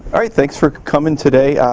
thanks for coming today.